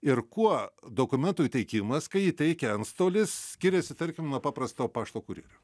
ir kuo dokumentų įteikimas kai ji teikia antstolis skiriasi tarkim nuo paprasto pašto kurjerio